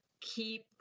keep